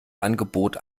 angebot